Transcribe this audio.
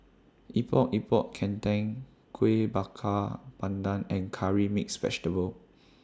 Epok Epok Kentang Kueh Bakar Pandan and Curry Mixed Vegetable